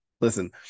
Listen